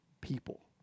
people